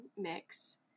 mix